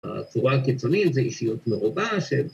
‫הצורה הקיצונית זה אישיות מרובה, ‫ש...